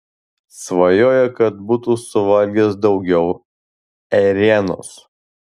svajoja kad būtų suvalgęs daugiau ėrienos